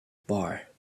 bar